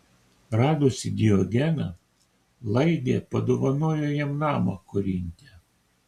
radusi diogeną laidė padovanojo jam namą korinte